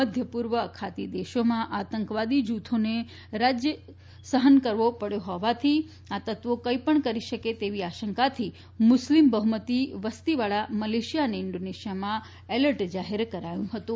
મધ્યપૂર્વ અખાતી દેશોમાં આતંકવાદી જૂથોને પરાજ્ય સહન કરવો પડ્યો હોવાથી આ તત્ત્વો કંઈપણ કરી શકે તેવી આશંકાથી મુસ્લિમ બહુમતી વસતીવાળા મલેશીયા તથા ઇન્ડોનેશીયામાં એલર્ટ જાહેર કરાયું હતું